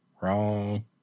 Wrong